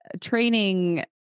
training